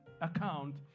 account